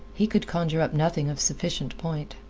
he could conjure up nothing of sufficient point.